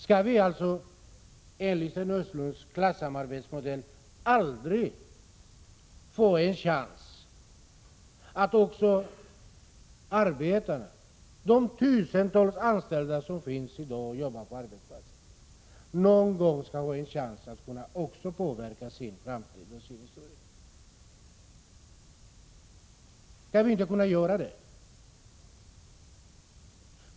Skall alltså enligt Sten Östlunds klassamarbetsmodell arbetarna, de tusentals anställda som jobbar på arbetsplatserna, aldrig någon gång få en chans att kunna påverka sin framtid och sin histora?